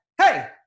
hey